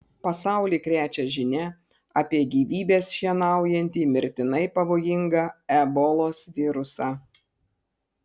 pasaulį krečia žinia apie gyvybes šienaujantį mirtinai pavojingą ebolos virusą